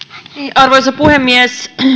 arvoisa puhemies